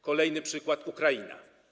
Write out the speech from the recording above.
Kolejny przykład to Ukraina.